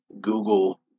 Google